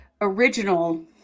original